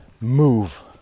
move